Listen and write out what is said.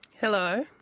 Hello